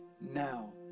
now